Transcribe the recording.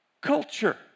culture